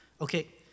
Okay